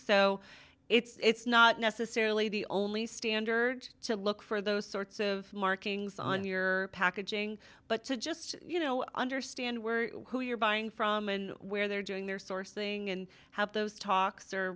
so it's not necessarily the only standard to look for those sorts of markings on your packaging but to just you know understand were who you're buying from and where they're doing their sourcing and have those talks or